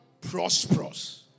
prosperous